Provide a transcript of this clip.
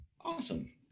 Awesome